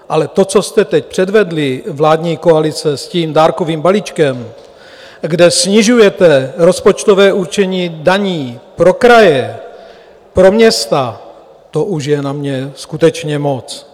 Ale to, co jste teď předvedli, vládní koalice, s tím dárkovým balíčkem, kde snižujete rozpočtové určení daní pro kraje, pro města, to už je na mě skutečně moc!